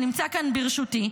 שנמצא כאן ברשותי,